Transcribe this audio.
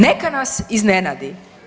Neka nas iznenadi.